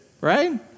right